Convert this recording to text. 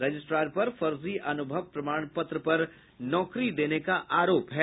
registrar पर फर्जी अनुभव प्रमाण पत्र पर नौकरी देने का आरोप है